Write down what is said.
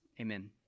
Amen